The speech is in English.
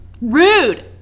Rude